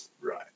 Right